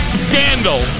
scandal